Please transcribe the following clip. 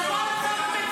פיליבסטר?